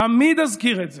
תמיד אזכיר את זה.